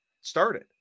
started